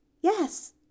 Yes